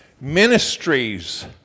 Ministries